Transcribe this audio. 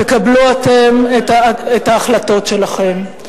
תקבלו אתם את ההחלטות שלכם.